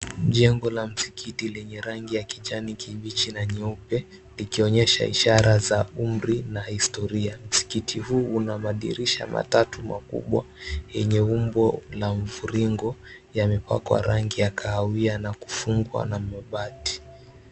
Jengo la msikiti lenye rangi ya kijani kibichi na nyeupe likionyesha ishara za umri na historia. Msikiti huu una madirisha matatu makubwa yenye umbo la mviringo ya mipako ya rangi ya kahawia na kufungwa na mabati.